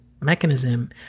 mechanism